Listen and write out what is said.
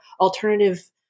alternative